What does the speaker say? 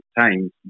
times